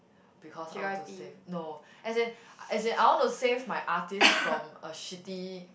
because I want to save no as in as in I wanna save my artists from a shitty